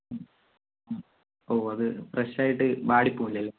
മ് മ് ഓ അത് ഫ്രെഷ് ആയിട്ട് വാടിപോവില്ലല്ലോ